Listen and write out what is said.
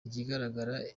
ikigaragara